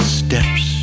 steps